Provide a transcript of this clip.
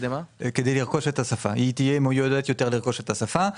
זה יהיה מיועד יותר לרכישת השפה.